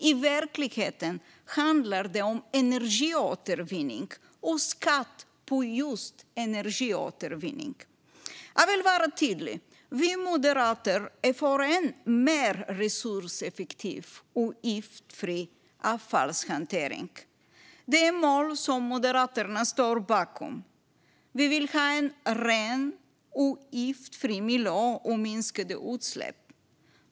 I verkligheten handlar det om energiåtervinning och skatt på just energiåtervinning. Jag vill vara tydlig: Vi moderater är för en mer resurseffektiv och giftfri avfallshantering. Det är mål som Moderaterna står bakom. Vi vill ha en ren och giftfri miljö och minskade utsläpp.